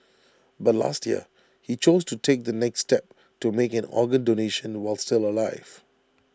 but last year he chose to take the next step to make an organ donation while still alive